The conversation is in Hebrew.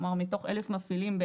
כלומר מתוך 1,000 מפעילים,